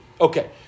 Okay